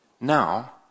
Now